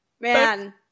Man